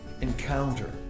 encounter